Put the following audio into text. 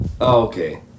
Okay